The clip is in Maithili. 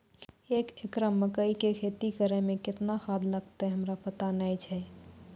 एक एकरऽ मकई के खेती करै मे केतना खाद लागतै हमरा पता नैय छै?